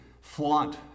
flaunt